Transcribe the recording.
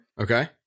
Okay